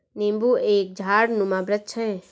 नींबू एक झाड़नुमा वृक्ष है